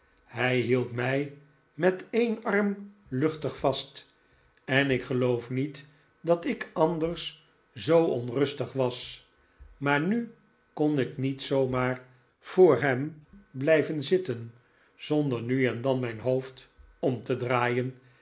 hij hield mij met een arm luchtig vast en ik geloof niet dat ik anders zoo onrustig was maar nu kon ik niet zoo maar voor hem blijven zitten zonder nu en dan mijn hoofd om te draaien